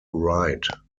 ride